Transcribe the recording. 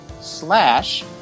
slash